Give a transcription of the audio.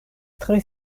tre